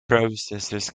processes